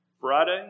Friday